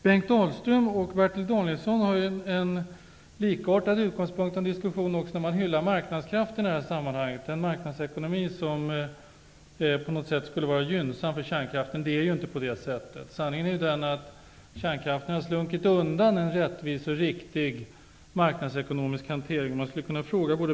Bengt Dalström och Bertil Danielsson har en likartad utgångspunkt i diskussionen när man hyllar marknadskrafterna, den marknadsekonomi som på något sätt skulle vara gynnsam för kärnkraften. Det är inte på det sättet. Sanningen är att kärnkraften har slunkit undan en rättvis och riktig marknadsekonomisk hantering.